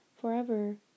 forever